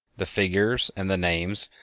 the figures and the names,